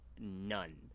none